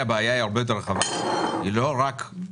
הפתרון הוא לא אידיאלי והוא לא אופטימלי,